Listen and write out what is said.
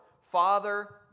Father